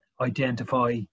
identify